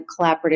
collaborative